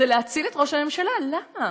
זה להציל את ראש הממשלה, למה?